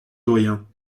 doyen